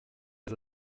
des